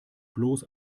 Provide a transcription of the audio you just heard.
bloß